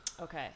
okay